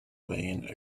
laying